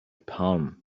palm